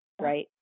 right